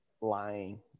lying